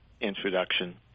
introduction